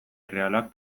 errealak